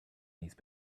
these